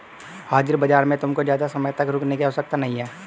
हाजिर बाजार में तुमको ज़्यादा समय तक रुकने की आवश्यकता नहीं है